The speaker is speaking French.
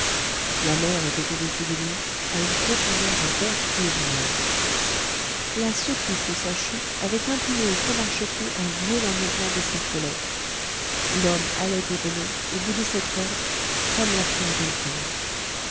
la mer était au-dessous de lui à une profondeur vertigineuse la secousse de sa chute avait imprimé au faux marchepied un violent mouvement d'escarpolette l'homme allait et venait au bout de cette corde comme la pierre d'une fronde